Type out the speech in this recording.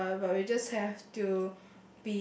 uh but we just have to